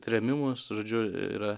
trėmimus žodžiu yra